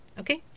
okay